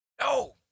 No